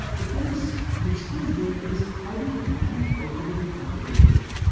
ah it is the science there is, how do you combine qualitative and quantitative data?